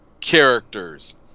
characters